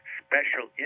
special